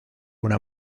una